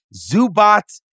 Zubat